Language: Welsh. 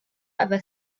efo